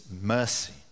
mercy